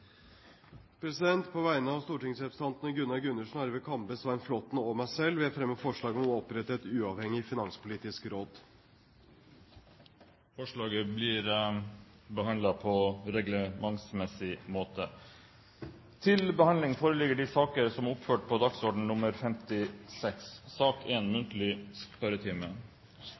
På vegne av stortingsrepresentantene Gunnar Gundersen, Arve Kambe, Svein Flåtten og meg selv vil jeg fremme et representantforslag om å opprette et uavhengig finanspolitisk råd. Forslaget vil bli behandlet på reglementsmessig måte. Stortinget mottok mandag meddelelse fra Statsministerens kontor om at statsrådene Grete Faremo, Anne-Grete Strøm-Erichsen og Lars Peder Brekk vil møte til muntlig spørretime.